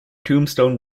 tombstone